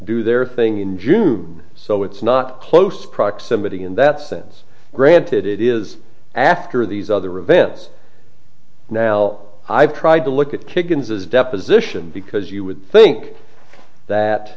do their thing in june so it's not close to proximity in that sense granted it is after these other events now i've tried to look at kitchens as deposition because you would think that